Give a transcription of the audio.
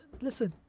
Listen